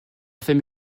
femme